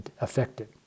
affected